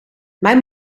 mijn